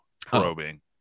probing